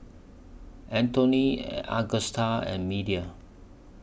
Anthoney Augusta and Media